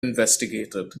investigated